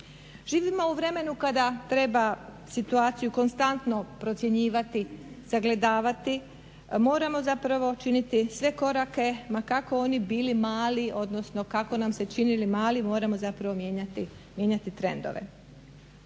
Živimo u vremenu kada treba situaciju konstantno procjenjivati, sagledavati, moramo zapravo činiti sve korake, ma kako oni bili mali odnosno kako nam se činili mali, moramo zapravo mijenjati trendove.